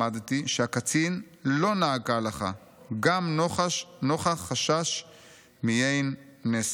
למדתי שהקצין לא נהג כהלכה, גם נוכח חשש מיין נסך.